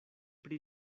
pri